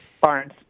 Barnes